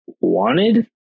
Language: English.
wanted